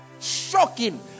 shocking